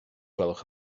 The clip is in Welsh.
gwelwch